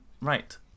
Right